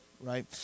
right